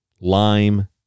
lime